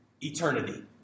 eternity